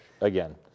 again